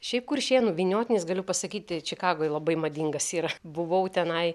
šiaip kuršėnų vyniotinis galiu pasakyti čikagoj labai madingas yra buvau tenai